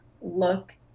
look